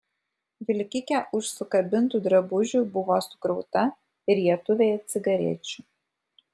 vilkike už sukabintų drabužių buvo sukrauta rietuvė cigarečių